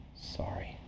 sorry